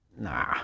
Nah